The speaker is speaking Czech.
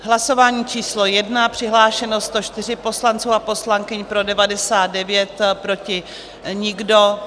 Hlasování číslo 1, přihlášeno 104 poslanců a poslankyň, pro 99, proti nikdo.